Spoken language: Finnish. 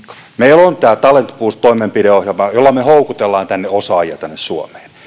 meillä on tämä talent boost toimenpideohjelma jolla me houkuttelemme osaajia tänne suomeen